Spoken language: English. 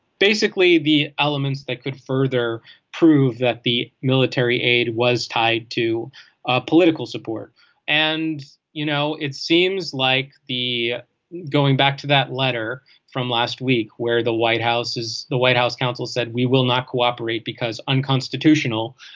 basically the elements that could further prove that the military aid was tied to ah political support and you know it seems like the going back to that letter from last week where the white house is the white house counsel said we will not cooperate because unconstitutional.